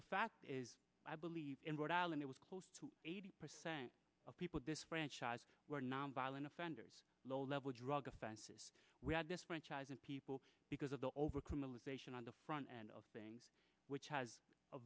the fact is i believe in rhode island it was close to eighty percent of people this franchise were nonviolent offenders low level drug offenses we had this franchise and people because of the overcome the litigation on the front end of things which has a